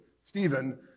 Stephen